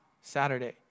Saturday